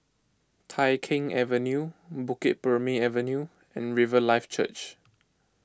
Tai Keng Avenue Bukit Purmei Avenue and Riverlife Church